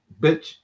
bitch